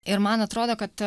ir man atrodo kad